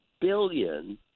billion